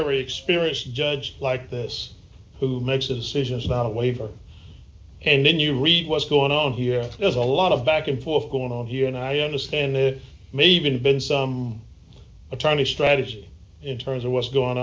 every experience judge like this who makes decisions about a waiver and then you read what's going on here there's a lot of back and forth going on here and i understand it may even been some attorney strategy in terms of what's going